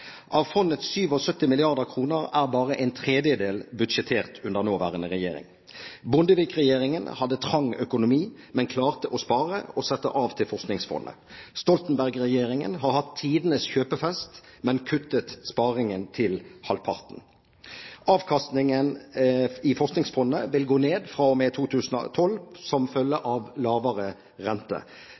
Av fondets 77 mrd. kr er bare en tredjedel budsjettert under den nåværende regjering. Bondevik-regjeringen hadde trang økonomi, men klarte å spare og sette av til Forskningsfondet. Stoltenberg-regjeringen har hatt tidenes kjøpefest, men kuttet sparingen til halvparten. Avkastning i Forskningsfondet vil gå ned fra og med 2012 som følge av lavere rente.